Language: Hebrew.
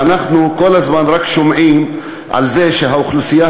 ואנחנו כל הזמן רק שומעים על זה שהאוכלוסייה